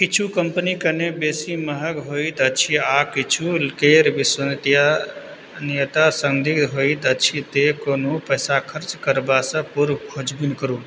किछु कंपनी कने बेसी महग होइत अछि आ किछु केर विशेष नीयत नीयत संदिग्ध होइत अछि तैं कोनहु पैसा खर्च करबासँ पूर्व खोजबीन करू